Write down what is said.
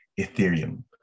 Ethereum